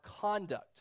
conduct